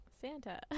Santa